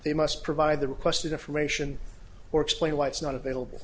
they must provide the requested information or explain why it's not available